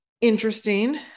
interesting